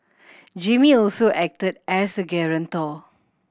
Jimmy also acted as guarantor